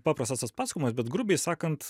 paprastas tas pasakojimas bet grubiai sakant